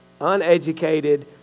Uneducated